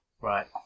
Right